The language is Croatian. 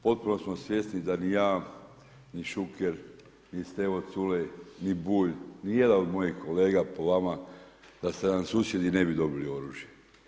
Potpuno smo svjesni da ni ja, ni Šuker, ni Stevo Culej, ni Bulj, ni jedan od mojih kolega po vama da ste nam susjedi ne bi dobili oružje.